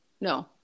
No